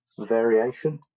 variation